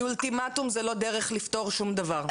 כי אולטימטום זאת לא דרך לפתור שום דבר.